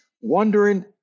wondering